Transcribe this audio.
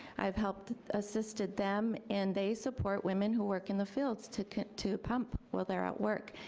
i've helped, assisted them, and they support women who work in the fields to to pump while they're at work,